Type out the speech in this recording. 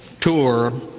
tour